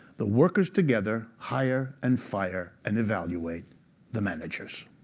the workers together hire, and fire, and evaluate the managers.